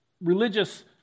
religious